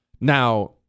Now